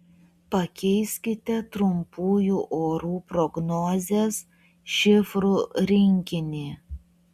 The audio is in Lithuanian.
pakeiskite trumpųjų orų prognozės šifrų rinkinį